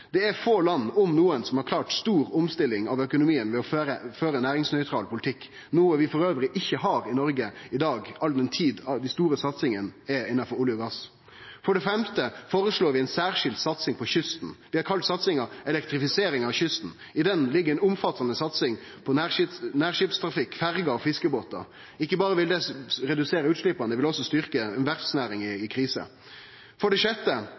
Det er få land – om noko – som har klart stor omstilling av økonomien ved å føre ein næringsnøytral politikk, noko som vi dessutan ikkje har i Noreg i dag, all den tid dei store satsingane er innanfor olje og gass. For det femte føreslår vi ei særskild satsing på kysten. Vi har kalla satsinga «elektrifisering av kysten». I det ligg ei omfattande satsing på nærskipstrafikk, ferjer og fiskebåtar. Ikkje berre vil det redusere utsleppa – det vil også styrkje ei verftsnæring i krise. For det sjette